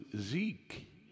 Zeke